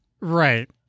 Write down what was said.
Right